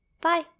Bye